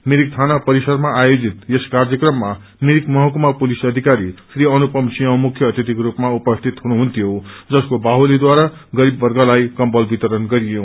िमरिक थाना परिसरमा आयोजित यस कार्यक्र ममा मिरिक महकुमा पुलिस अधिकारी श्री अनुपम सिंह मुख्य अतिथिको रूपमा उपस्थित हुनुहुन्थ्यो जसको बाहुलीद्वारा गरीबवर्गलाई कम्बल वितरण गरियो